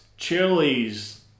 chilies